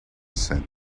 said